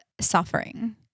suffering